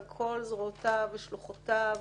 על כל זרועותיו ושלוחותיו